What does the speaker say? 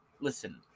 Listen